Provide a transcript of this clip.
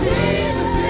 Jesus